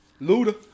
Luda